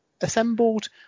assembled